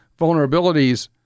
vulnerabilities